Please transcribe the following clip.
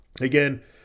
again